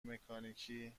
مکانیکی